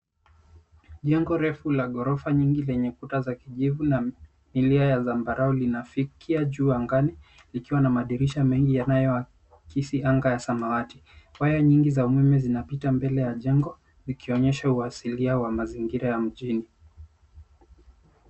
Jengo refu la ghorofa lenye kuta za kijivu na milia ya zambarau, linafikia juu angani, likiwa na madirisha mengi yanayoakisi anga ya samawati. Waya nyingi za umeme zinapita mbele ya jengo vikionyesha uasilia wa mazingira ya mjini.